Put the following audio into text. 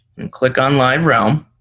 and click on live realm,